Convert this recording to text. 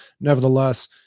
nevertheless